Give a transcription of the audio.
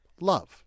Love